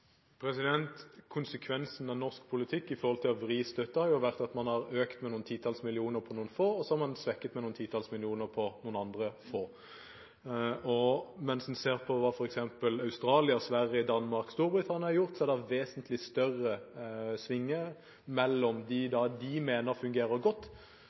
noen få, og så har man svekket den med noen titalls millioner til noen andre få. Hvis en ser på hva f.eks. Australia, Sverige, Danmark og Storbritannia har gjort, er det vesentlig større svingninger mellom dem som de mener fungerer godt,